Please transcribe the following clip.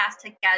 together